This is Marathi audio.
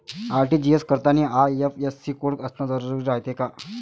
आर.टी.जी.एस करतांनी आय.एफ.एस.सी कोड असन जरुरी रायते का?